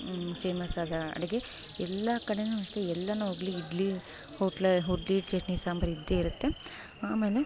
ಫೇಮಸ್ಸಾದ ಅಡಿಗೆ ಎಲ್ಲ ಕಡೆನು ಅಷ್ಟೇ ಎಲ್ಲಾನ ಹೋಗಲಿ ಇಡ್ಲಿ ಹೋಟ್ಲ ಇಡ್ಲಿ ಚಟ್ನಿ ಸಾಂಬಾರು ಇದ್ದೇ ಇರತ್ತೆ ಆಮೇಲೆ